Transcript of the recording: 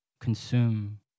consume